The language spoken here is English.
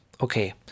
Okay